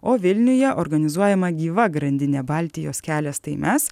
o vilniuje organizuojama gyva grandinė baltijos kelias tai mes